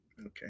Okay